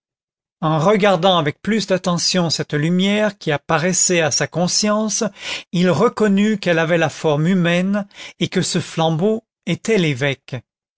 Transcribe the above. en regardant avec plus d'attention cette lumière qui apparaissait à sa conscience il reconnut qu'elle avait la forme humaine et que ce flambeau était l'évêque